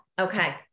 Okay